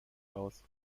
aus